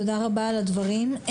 תודה רבה על הדברים.